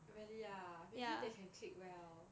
really ah maybe they can click well